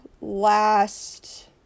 last